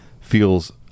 feels